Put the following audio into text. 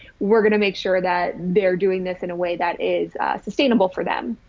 we're going to make sure that they're doing this in a way that is sustainable for them.